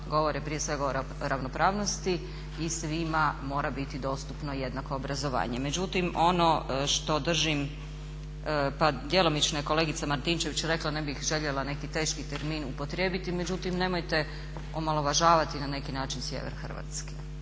govore prije svega o ravnopravnosti i svima mora biti dostupno jednako obrazovanje. Međutim, ono što držim pa djelomično je kolegica Martinčević rekla, ne bih željela neki teški termin upotrijebiti. Međutim, nemojte omalovažavati na neki način sjever Hrvatske.